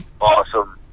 Awesome